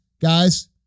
guys